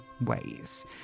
ways